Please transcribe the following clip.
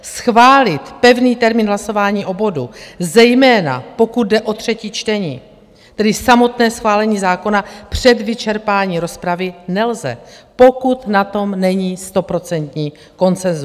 Schválit pevný termín hlasování o bodu, zejména pokud jde o třetí čtení, tedy samotné schválení zákona před vyčerpáním rozpravy, nelze, pokud na tom není stoprocentní konsenzus.